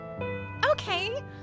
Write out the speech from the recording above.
Okay